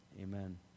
Amen